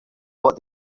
what